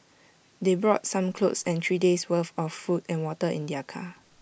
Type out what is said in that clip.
they brought some clothes and three days' worth of food and water in their car